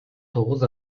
тогуз